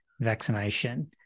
vaccination